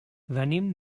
venim